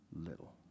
little